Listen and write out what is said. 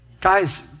Guys